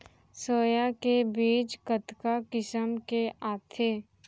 Soya के बीज कतका किसम के आथे?